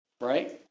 Right